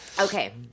Okay